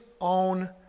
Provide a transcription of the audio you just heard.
own